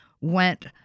went